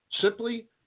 Simply